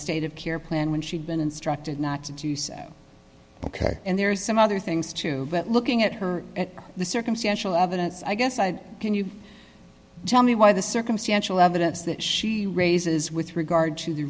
state of care plan when she'd been instructed not to do so ok and there are some other things too looking at her the circumstantial evidence i guess i can you tell me why the circumstantial evidence that she raises with regard to the